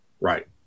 Right